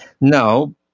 No